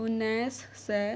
उन्नैस सय